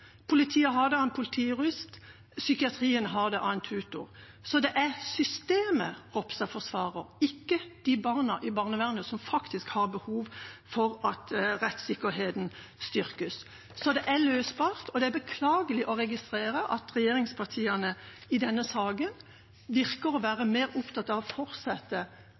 Politiet har det, de har en politijurist, og psykiatrien har det, de har en tutor. Så det er systemet statsråd Ropstad forsvarer, ikke de barna i barnevernet som faktisk har behov for at rettssikkerheten styrkes. Dette er løsbart, og det er beklagelig å registrere at regjeringspartiene i denne saken virker å være mer opptatt av å fortsette